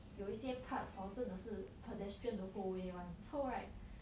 有一些 parts hor 真的是 pedestrian the whole way [one] so right